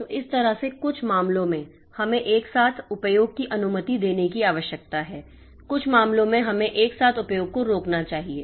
तो इस तरह से कुछ मामलों में हमें एक साथ उपयोग की अनुमति देने की आवश्यकता है कुछ मामलों में हमें एक साथ उपयोग को रोकना चाहिए